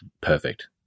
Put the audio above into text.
perfect